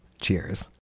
Cheers